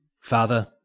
father